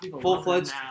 Full-fledged